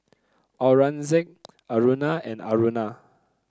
Aurangzeb Aruna and Aruna